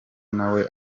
nawe